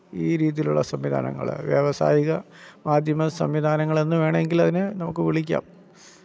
ഈ രീതിയിലുള്ള സംവിധാനങ്ങള് വ്യവസായിക മാധ്യമ സംവിധാനങ്ങളെന്ന് വേണമെങ്കിലതിനെ നമുക്ക് വിളിക്കാം